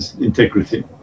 Integrity